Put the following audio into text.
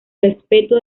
respeto